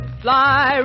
fly